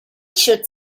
should